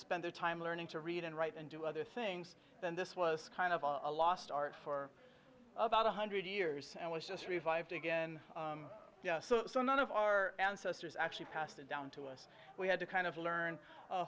spend their time learning to read and write and do other things than this was kind of a lost art for about one hundred years and was just revived again so none of our ancestors actually passed it down to us we had to kind of learn